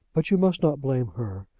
but you must not blame her.